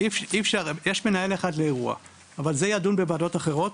יש מנהל אחד לאירוע אבל זה יידון בוועדות אחרות.